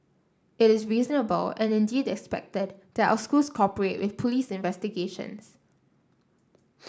it is reasonable and indeed expected that our schools cooperate with police investigations